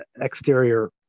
exterior